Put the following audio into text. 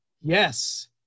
yes